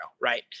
right